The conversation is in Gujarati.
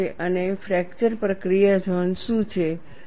અને ફ્રેકચર પ્રક્રિયા ઝોન શું છે